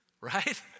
Right